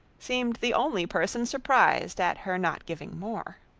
seemed the only person surprised at her not giving more.